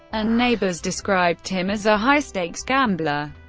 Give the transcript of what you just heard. and neighbors described him as a high-stakes gambler.